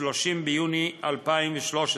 30 ביוני 2013,